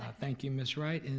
thank you, miss wright, and